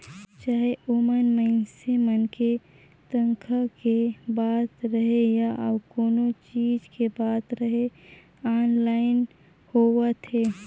चाहे ओमन मइनसे मन के तनखा के बात रहें या अउ कोनो चीच के बात रहे आनलाईन होवत हे